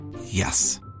Yes